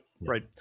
Right